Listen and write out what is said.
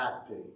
acting